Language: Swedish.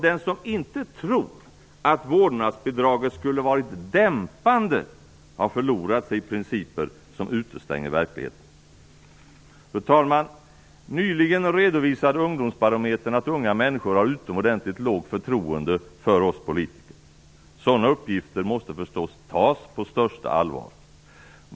Den som inte tror att vårdnadsbidraget skulle ha varit dämpande har förlorat sig i principer som utestänger verkligheten. Fru talman! Nyligen redovisade Ungdomsbarometern att unga människor har utomordentligt lågt förtroende för oss politiker. Sådana uppgifter måste förstås tas på största allvar.